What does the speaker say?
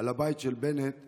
על הבית של בנט שתקתם,